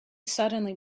suddenly